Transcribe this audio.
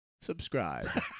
Subscribe